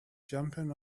jumping